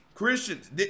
Christians